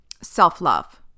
self-love